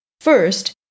First